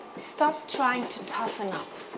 stop trying to toughen up.